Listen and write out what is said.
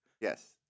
Yes